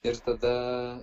ir tada